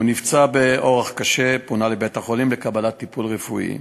הוא נפצע באורח קשה ופונה לבית-החולים לקבלת טיפול רפואי.